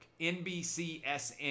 NBCSN